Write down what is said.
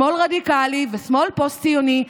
שמאל רדיקלי ושמאל פוסט-ציוני,